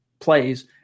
plays